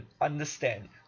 understand